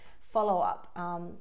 follow-up